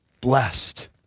blessed